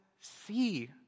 see